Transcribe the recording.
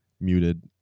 muted